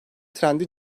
trendi